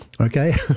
Okay